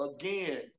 again